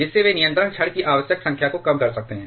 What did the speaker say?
जिससे वे नियंत्रण छड़ की आवश्यक संख्या को कम कर सकते हैं